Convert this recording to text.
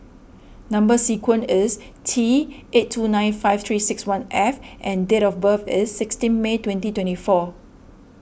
Number Sequence is T eight two nine five three six one F and date of birth is sixteen May twenty twenty four